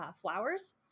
flowers